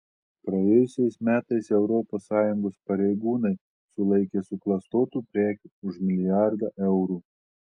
praėjusiais metais europos sąjungos pareigūnai sulaikė suklastotų prekių už milijardą eurų